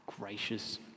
gracious